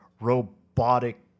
robotic